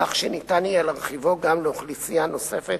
כך שניתן יהיה להרחיבו גם לאוכלוסייה נוספת,